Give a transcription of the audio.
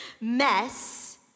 mess